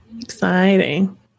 Exciting